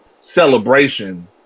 celebration